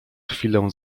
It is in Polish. chwilę